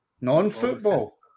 Non-football